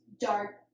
dark